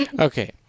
Okay